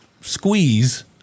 Squeeze